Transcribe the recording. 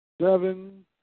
Seven